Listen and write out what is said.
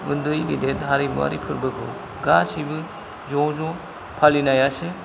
उन्दै गेदेद हारिमुवारि फोरबोखौ गासैबो ज' ज' फलिनायासो